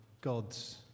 God's